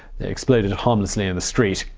they exploded harmlessly in the street.